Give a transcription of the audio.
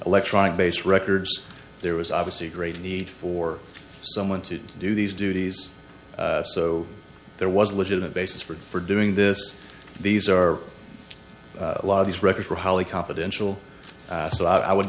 electronic based records there was obviously a great need for someone to do these duties so there was a legitimate basis for doing this these are a lot of these records were highly confidential so i would